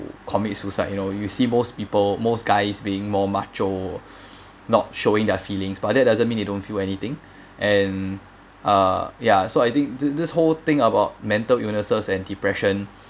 commit suicide you know you see most people most guys is being more macho not showing their feelings but that doesn't mean you don't feel anything and uh ya so I think th~ this whole thing about mental illnesses and depression